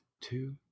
two